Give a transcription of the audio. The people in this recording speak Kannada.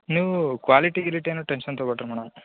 ನೀವು ಕ್ವಾಲಿಟಿ ಗೀಲಿಟಿ ಏನು ಟೆನ್ಶನ್ ತಗೋ ಬೇಡ್ರಿ ಮೇಡಮ್